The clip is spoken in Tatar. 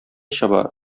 чаба